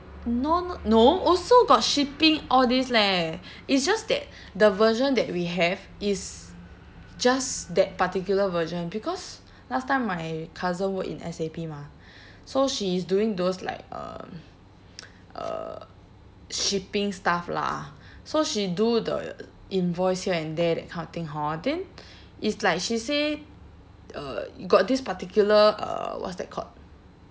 no no no also got shipping all this leh it's just that the version that we have is just that particular version because last time my cousin work in S_A_P mah so she is doing those like um uh shipping stuff lah so she do the invoice here and there that kind of thing hor then it's like she say uh got this particular uh what's that called